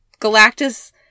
Galactus